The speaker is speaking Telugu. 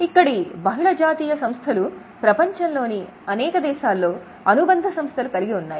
ఇక్కడి బహుళజాతీయ సంస్థలు ప్రపంచంలోని అనేక దేశాల్లో అనుబంధ సంస్థలు కలిగి ఉన్నాయి